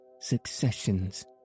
successions